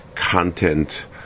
content